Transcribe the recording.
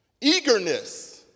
eagerness